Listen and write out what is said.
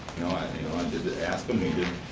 know i did ask them, they didn't